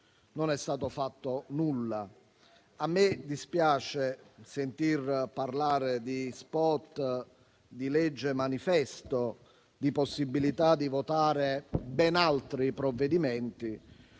non è stato fatto nulla. A me dispiace sentir parlare di spot, di legge manifesto e di possibilità di votare ben altri provvedimenti,